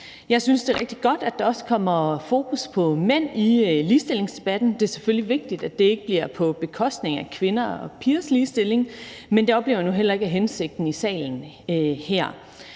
Jeg synes, det er rigtig godt, at der også kommer fokus på mænd i ligestillingsdebatten. Det er selvfølgelig vigtigt, at det ikke bliver på bekostning af kvinder og pigers ligestilling, men det oplever jeg nu heller ikke er hensigten i salen her.